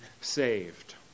saved